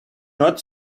not